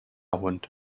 hund